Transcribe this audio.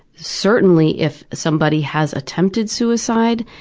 certainly if somebody has attempted suicide,